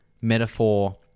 metaphor